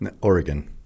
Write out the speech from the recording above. Oregon